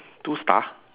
two star